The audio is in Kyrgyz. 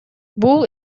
бул